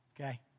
Okay